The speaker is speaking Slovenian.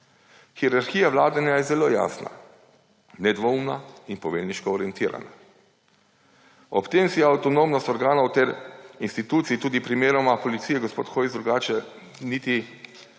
Hierarhija vladanje je zelo jasna, nedvoumna in poveljniško orientirana. Ob tem si avtonomnost organov ter institucij tudi primeroma policije gospod Hojs, drugače si niti